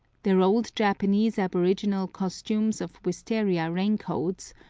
their old japanese aboriginal costumes of wistaria raincoats,